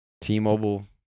T-Mobile